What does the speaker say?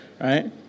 right